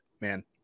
man